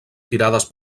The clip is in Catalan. tirades